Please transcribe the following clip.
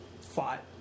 fought